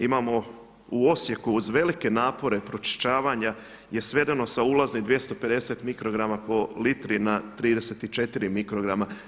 Imamo u Osijeku uz velike napore pročišćavanja je svedeno sa ulaznih 250 mikrograma po litri na 34 mikrograma.